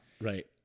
right